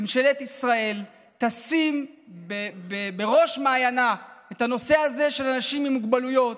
ממשלת ישראל תשים בראש מעייניה את הנושא הזה של אנשים עם מוגבלויות.